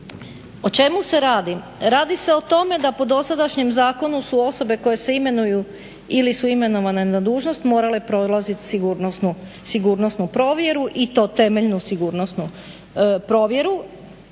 O čemu se radi? Radi se o tome da po dosadašnjem zakonu su osobe koje se imenuju ili su imenovane na dužnost morale prolazit sigurnosnu provjeru i to temeljnu sigurnosnu provjeru.